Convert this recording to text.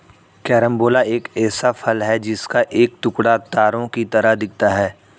carambola एक ऐसा फल है जिसका एक टुकड़ा तारों की तरह दिखता है